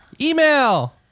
Email